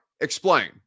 explain